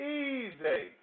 easy